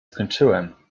skończyłem